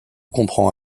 comprend